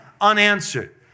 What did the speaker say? unanswered